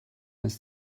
ist